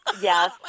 Yes